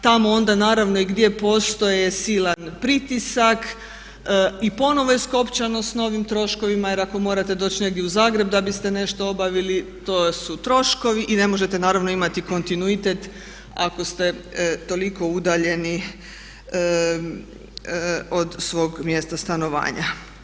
Tamo onda naravno i gdje postoji silan pritisak i ponovno je skopčano s novim troškovima jer ako morate doći negdje u Zagreb da biste nešto obavili to su troškovi i ne možete naravno imati kontinuitet ako ste toliko udaljeni od svog mjesta stanovanja.